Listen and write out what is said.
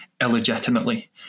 illegitimately